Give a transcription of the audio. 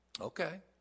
okay